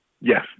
yes